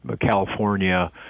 California